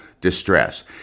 distress